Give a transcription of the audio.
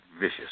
vicious